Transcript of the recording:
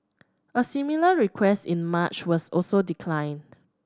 a similar request in March was also declined